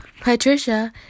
Patricia